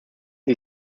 sie